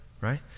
Right